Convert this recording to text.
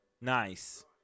Nice